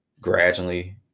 gradually